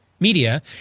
media